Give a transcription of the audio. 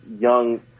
young